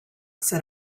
said